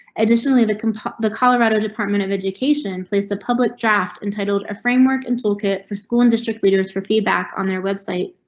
additionally, the the colorado department of education place to public draft entitled a framework and toolkit for school and district leaders for feedback on their website.